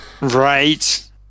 Right